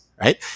right